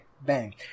bang